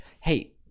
hey